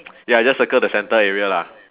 ya I just circle the centre area lah